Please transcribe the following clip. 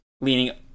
leaning